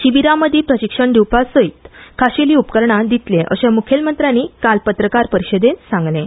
शिबीरांमदी प्रशिक्षण दिवपा सयत खाशेली उपकरणां दितलें अशें म्खेलमंत्र्यांनी आयज पत्रकार परिशदेंत सांगलें